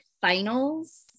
finals